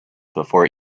before